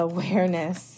Awareness